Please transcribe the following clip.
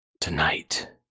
tonight